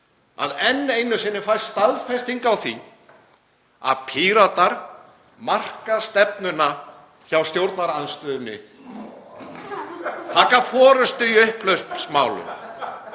að enn einu sinni fæst staðfesting á því að Píratar marka stefnuna hjá stjórnarandstöðunni, taka forystu í upphlaupsmálum.